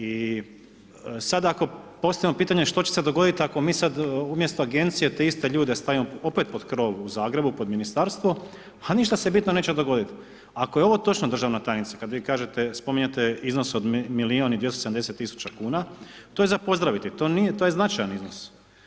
I sad ako postavimo pitanje što će se dogoditi ako mi sad umjesto Agencije te iste ljude stavimo opet pod krov u Zagrebu, pod Ministarstvo, pa ništa se bitno neće dogoditi, ako je ovo točno, državna tajnice, kad vi kažete, spominjete iznos od milijun i 270 tisuća kuna, to je za pozdraviti, to je značajan iznos.